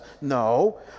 no